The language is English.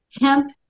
Hemp